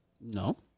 no